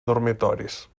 dormitoris